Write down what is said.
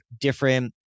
different